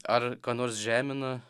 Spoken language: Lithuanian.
ar ką nors žemina